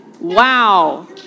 Wow